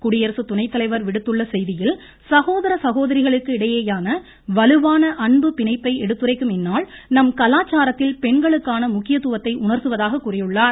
குடியரசு துணைத்தலைவர் விடுத்துள்ள செய்தியில் சகோதர சகோதரிகளுக்கு இடையேயான வலுவான அன்பு பிணைப்பை எடுத்துரைக்கும் இந்நாள் நம் கலாச்சாரத்தில் பெண்களுக்கான முக்கியத்துவத்தை உணா்த்துவதாக கூறியுள்ளார்